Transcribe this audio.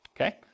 okay